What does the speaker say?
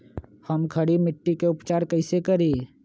हम खड़ी मिट्टी के उपचार कईसे करी?